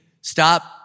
stop